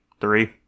three